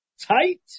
tight